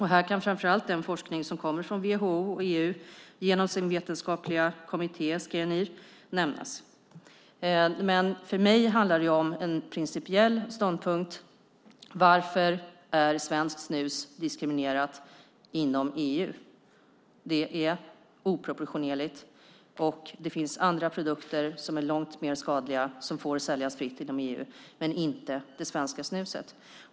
Här kan framför allt den forskning som kommer från WHO och EU genom den vetenskapliga kommittén Scenihr nämnas. För mig handlar det om en principiell ståndpunkt. Varför är svenskt snus diskriminerat inom EU? Det är oproportionerligt. Det finns andra produkter som är långt mer skadliga som får säljas fritt inom EU men inte det svenska snuset.